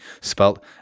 spelt